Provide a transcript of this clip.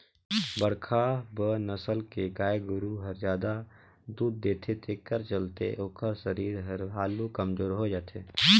बड़खा बनसल के गाय गोरु हर जादा दूद देथे तेखर चलते ओखर सरीर हर हालु कमजोर होय जाथे